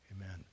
Amen